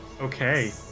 Okay